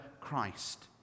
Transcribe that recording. Christ